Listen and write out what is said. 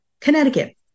Connecticut